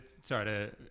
Sorry